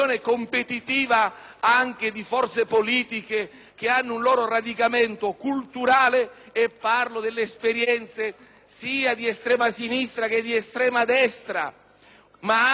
anche forze politiche che hanno un loro radicamento culturale, e mi riferisco alle esperienze sia di estrema sinistra che di estrema destra. In particolare, soprattutto